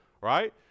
right